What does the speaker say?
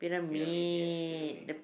pyramid yes pyramid